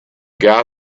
guy